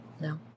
No